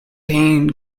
pain